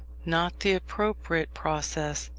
not the appropriate process,